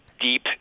deep